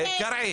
קרעי,